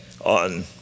on